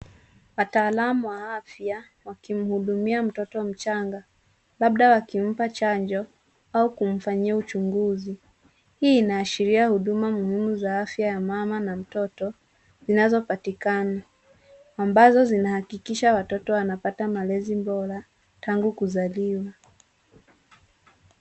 Wataalam wa afya wakimhudumia mtoto mchanga, labda wakimpa chanjo au kumfanyia uchunguzi. Hii inaashiria huduma muhimu za afya ya mama na mtoto zinazopatikana, ambazo zinahakikisha watoto wanapata malezi bora tangu kuzaliwa.